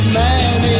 man